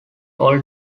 all